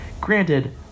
granted